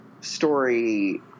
story –